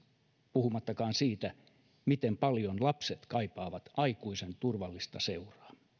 puhumattakaan siitä miten paljon lapset kaipaavat aikuisen turvallista seuraa